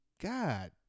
God